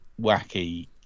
wacky